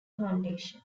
foundation